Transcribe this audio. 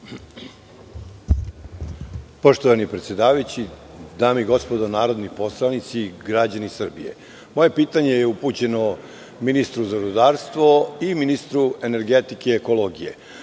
Poštovani predsedavajući, dame i gospodo narodni poslanici, građani Srbije, moje pitanje je upućeno ministru za zdravstvo i ministru energetike i ekologije. Naime,